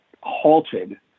halted